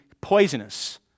poisonous